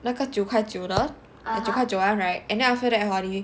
那个九块九 the 九块九 [one] right then after that hor